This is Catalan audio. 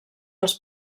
els